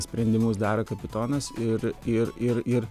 sprendimus daro kapitonas ir ir ir ir